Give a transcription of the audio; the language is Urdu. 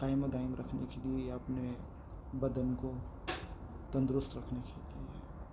قائم و دائم رکھنے کے لیے یا اپنے بدن کو تندرست رکھنے کے لیے